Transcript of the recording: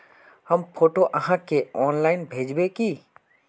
हम फोटो आहाँ के ऑनलाइन भेजबे की?